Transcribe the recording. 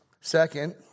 Second